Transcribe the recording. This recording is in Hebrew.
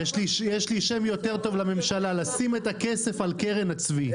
יש לי שם טוב יותר לממשלה: "לשים את הכסף על קרן הצבי".